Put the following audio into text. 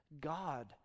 God